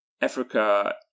Africa